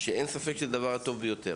בחלקה, ואין ספק שזהו הדבר הטוב ביותר.